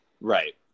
right